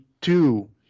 two